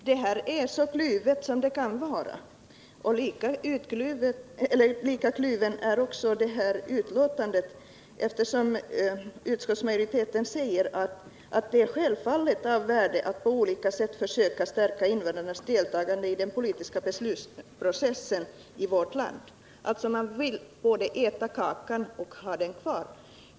Fru talman! Det här är så kluvet som det kan vara. Lika kluvet är betänkandet. Utskottsmajoriteten säger att det självfallet är av värde att på olika sätt försöka stärka invandrarnas deltagande i den politiska beslutsprocessen i vårt land. Man vill alltså både äta kakan och ha den kvar.